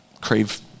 crave